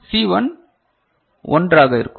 சி1 1 ஆக இருக்கும்